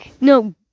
No